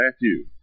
Matthew